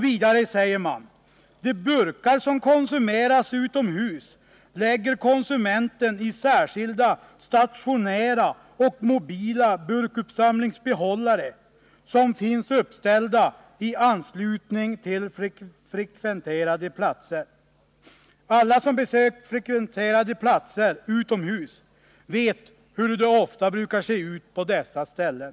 Vidare säger man: ”De burkar som konsumeras utomhus lägger konsumenten i särskilda stationära och mobila burkuppsamlingsbehållare som finns uppställda i anslutning till frekventerade platser.” Alla som besökt frekventerade platser utomhus vet hur det brukar se ut på dessa ställen.